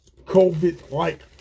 COVID-like